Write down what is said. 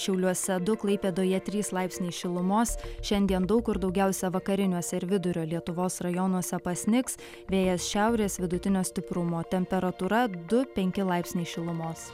šiauliuose du klaipėdoje trys laipsniai šilumos šiandien daug kur daugiausia vakariniuose ir vidurio lietuvos rajonuose pasnigs vėjas šiaurės vidutinio stiprumo temperatūra du penki laipsniai šilumos